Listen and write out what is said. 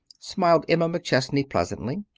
smiled emma mcchesney pleasantly.